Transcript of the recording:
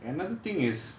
another thing is